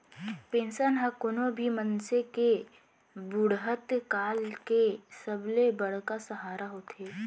pension ह कोनो भी मनसे के बुड़हत काल के सबले बड़का सहारा होथे